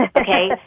okay